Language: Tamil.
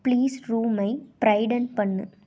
ப்ளீஸ் ரூமை ப்ரைடன் பண்ணு